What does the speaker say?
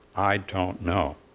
i don't know.